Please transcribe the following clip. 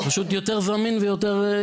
זה פשוט יותר זמין ונגיש.